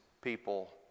people